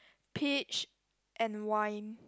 peach and wine